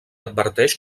adverteix